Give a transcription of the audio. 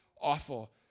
awful